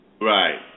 Right